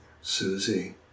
Susie